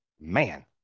Man